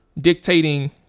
dictating